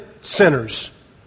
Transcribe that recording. sinners